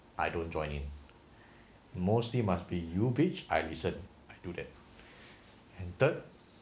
I don't join in mostly must be you bitch I listen I do that and third